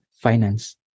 finance